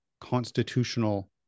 constitutional